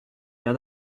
bien